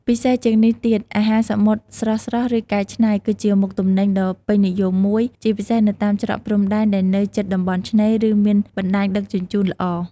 ពិសេសជាងនេះទៀត អាហារសមុទ្រ ស្រស់ៗ ឬកែច្នៃ គឺជាមុខទំនិញដ៏ពេញនិយមមួយ ជាពិសេសនៅតាមច្រកព្រំដែនដែលនៅជិតតំបន់ឆ្នេរ ឬមានបណ្តាញដឹកជញ្ជូនល្អ។